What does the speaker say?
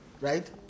right